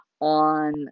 on